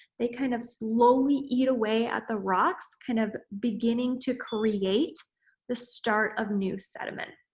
they kind of slowly eat away at the rocks kind of beginning to create the start of new sediment.